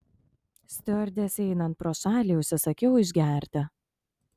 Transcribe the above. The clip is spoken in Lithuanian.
stiuardesei einant pro šalį užsisakiau išgerti